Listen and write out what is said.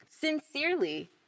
Sincerely